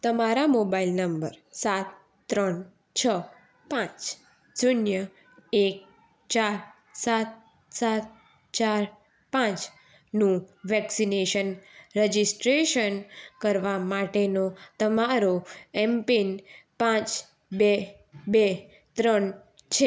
તમારા mobile number સાત ત્રણ છ પાંચ શૂન્ય એક ચાર સાત સાત ચાર પાંચ નું વેક્સિન રજિસ્ટ્રેશન કરવા માટેનો તમારો એમ પિન પાંચ બે બે ત્રણ છે